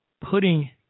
putting